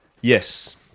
Yes